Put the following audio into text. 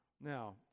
Now